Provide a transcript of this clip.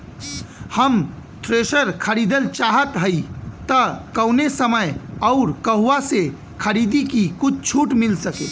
हम थ्रेसर खरीदल चाहत हइं त कवने समय अउर कहवा से खरीदी की कुछ छूट मिल सके?